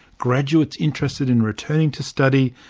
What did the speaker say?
graduates interested in returning to study,